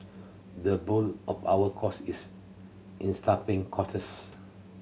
the bulk of our costs is in staffing